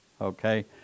okay